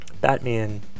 Batman